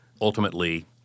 Ultimately